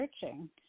searching